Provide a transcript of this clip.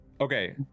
Okay